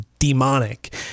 Demonic